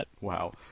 Wow